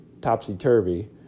topsy-turvy